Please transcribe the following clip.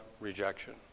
rejection